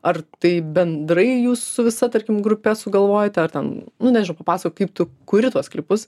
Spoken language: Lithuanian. ar tai bendrai jūs su visa tarkim grupe sugalvojate ar ten nu nežinau papasakok kaip tu kuri tuos klipus